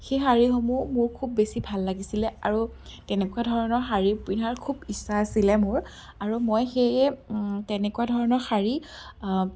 সেই শাৰীসমূহ মোৰ খুব বেছি ভাল লাগিছিলে আৰু তেনেকুৱা ধৰণৰ শাৰী পিন্ধাৰ খুব ইচ্ছা আছিলে মোৰ আৰু মই সেয়ে তেনেকুৱা ধৰণৰ শাৰী